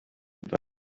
war